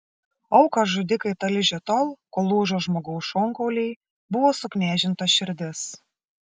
auką žudikai talžė tol kol lūžo žmogaus šonkauliai buvo suknežinta širdis